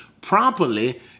properly